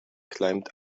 climbed